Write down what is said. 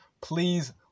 Please